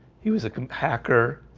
he was a compactor.